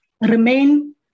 remain